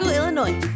Illinois